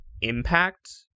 impact